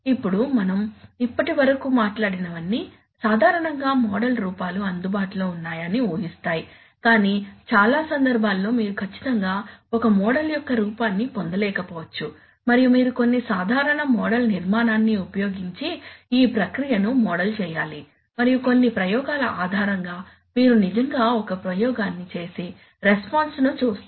ఇప్పుడు మనం ఇప్పటివరకు మాట్లాడినవన్నీ సాధారణంగా మోడల్ రూపాలు అందుబాటులో ఉన్నాయని ఊహిస్తాయి కానీ చాలా సందర్భాల్లో మీరు ఖచ్చితంగా ఒక మోడల్ యొక్క రూపాన్ని పొందలేకపోవచ్చు మరియు మీరు కొన్ని సాధారణ మోడల్ నిర్మాణాన్ని ఉపయోగించి ఈ ప్రక్రియను మోడల్ చేయాలి మరియు కొన్ని ప్రయోగాల ఆధారంగా మీరు నిజంగా ఒక ప్రయోగాన్ని చేసి రెస్పాన్స్ ను చూస్తారు